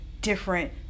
different